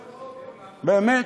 באמת,